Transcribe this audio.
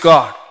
God